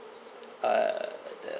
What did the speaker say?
uh the